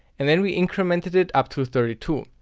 and then we incremented it up to thirty two.